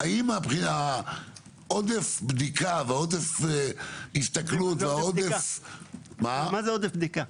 האם עודף בדיקה ועודף הסתכלות --- מה זה עודף בדיקה?